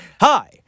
Hi